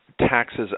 taxes